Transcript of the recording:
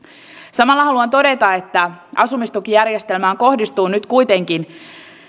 samalla haluan todeta että asumistukijärjestelmään kohdistuu nyt kuitenkin